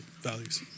values